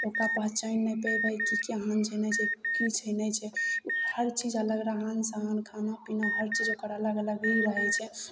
ओकरा पहचानि नहि पएबै कि केहन छै नहि छै कि छै नहि छै ओ हर चीज अलग रहन सहन खानापिना हर चीज ओकर अलग अलग ही रहै छै